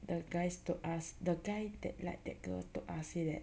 the guys to ask the guy that like that girl told ask say that